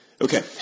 Okay